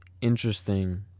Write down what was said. interesting